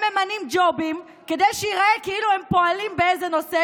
הם ממנים ג'ובים כדי שייראה כאילו הם פועלים באיזה נושא,